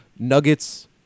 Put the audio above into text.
Nuggets